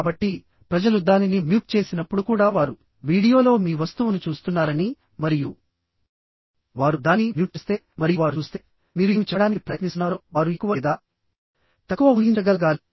కాబట్టి ప్రజలు దానిని మ్యూట్ చేసినప్పుడు కూడా వారు వీడియోలో మీ వస్తువును చూస్తున్నారని మరియు వారు దానిని మ్యూట్ చేస్తే మరియు వారు చూస్తేమీరు ఏమి చెప్పడానికి ప్రయత్నిస్తున్నారో వారు ఎక్కువ లేదా తక్కువ ఊహించగలగాలి